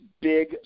big